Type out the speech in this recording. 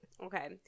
Okay